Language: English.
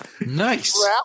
Nice